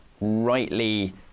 rightly